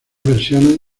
versiones